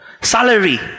Salary